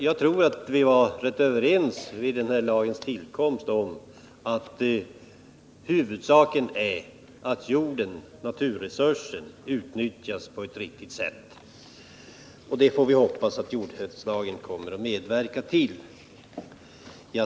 Jag tror att vi vid den här lagens tillkomst var överens om att huvudsaken är att jorden, naturresursen, utnyttjas på ett riktigt sätt, och vi får hoppas att jordhävdslagen kommer att medverka till detta.